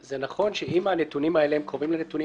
זה נכון שאם הנתונים האלה הם קרובים לנתונים